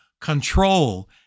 control